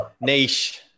Niche